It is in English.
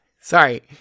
sorry